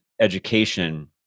education